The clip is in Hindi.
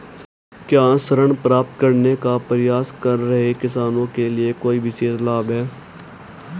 क्या ऋण प्राप्त करने का प्रयास कर रहे किसानों के लिए कोई विशेष लाभ हैं?